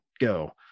go